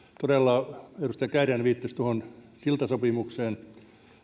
edustaja kääriäinen viittasi siltasopimukseen